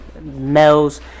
males